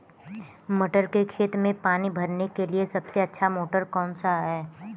मटर के खेत में पानी भरने के लिए सबसे अच्छा मोटर कौन सा है?